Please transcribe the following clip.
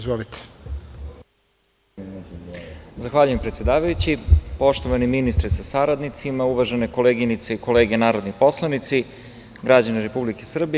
Zahvaljujem predsedavajući, poštovani ministre sa saradnicima, uvažene koleginice i kolege narodni poslanici, građani Republike Srbije.